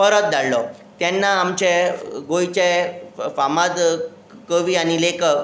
परत धाडलो तेन्ना आमचे गोंयचे फामाद कवी आनी लेखक